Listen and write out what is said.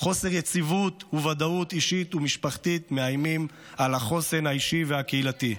חוסר יציבות וודאות אישית ומשפחתית מאיימים על החוסן האישי והקהילתי.